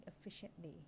efficiently